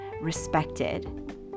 respected